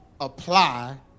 apply